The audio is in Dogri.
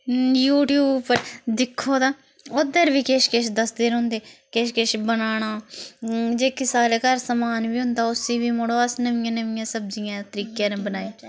यूट्यूब उप्पर दिक्खो तां ओहदे पर बी किश किश दसदे रौंहदे किश किश बनाना जेह्की साढ़े घर समान बी होंदा उसी बी मड़ो अस नमियां नमियां सब्जियां तरीकै ने बनाए